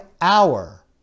hour